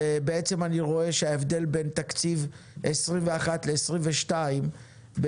אני רואה שההבדל בין תקציב 2021 לתקציב 2022 הוא